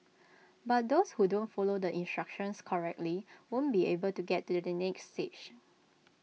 but those who don't follow the instructions correctly won't be able to get to the next stage